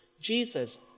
Jesus